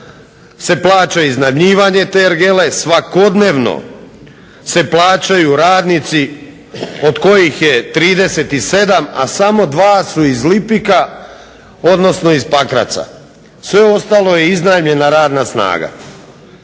se plaća iznajmljivanje te ergele, svakodnevno se plaćaju radnici od kojih je 37, a samo 2 su iz Lipika, odnosno iz Pakraca. Sve ostalo je iznajmljena radna snaga.